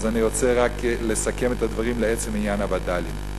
אז אני רוצה רק לסכם את הדברים לעצם עניין הווד"לים.